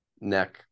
neck